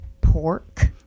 pork